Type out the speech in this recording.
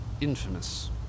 infamous